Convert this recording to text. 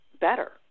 better